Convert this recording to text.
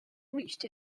reached